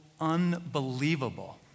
unbelievable